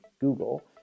Google